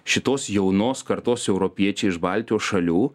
šitos jaunos kartos europiečiai iš baltijos šalių